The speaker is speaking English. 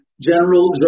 General